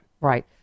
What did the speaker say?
right